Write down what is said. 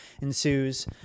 ensues